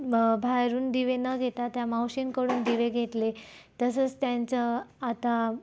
बाहेरून दिवे न घेता त्या मावशींकडून दिवे घेतले तसंच त्यांचं आता